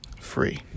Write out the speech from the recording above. free